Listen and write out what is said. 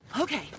Okay